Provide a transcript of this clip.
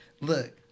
look